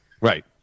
Right